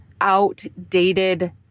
outdated